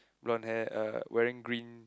blonder hair uh wearing green